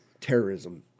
terrorism